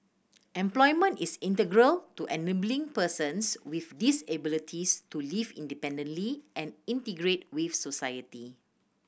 employment is integral to enabling persons with disabilities to live independently and integrate with society